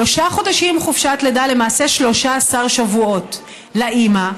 שלושה חודשים חופשת לידה, למעשה, 13 שבועות לאימא,